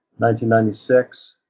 1996